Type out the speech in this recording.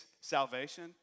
salvation